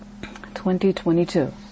2022